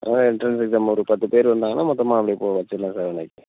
அதனால் entrance exam ஒரு பத்து பேர் வந்தாங்கனா மொத்தமாக அப்படியே கூட வச்சிடலாம் சார் இன்னைக்கு